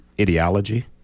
ideology